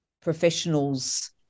professionals